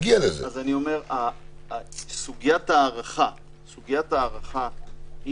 סוגיית הארכה היא